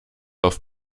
auf